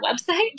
website